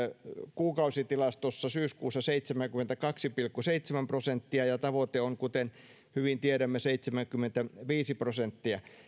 kuukausitilastossa syyskuussa seitsemänkymmentäkaksi pilkku seitsemän prosenttia ja tavoite on kuten hyvin tiedämme seitsemänkymmentäviisi prosenttia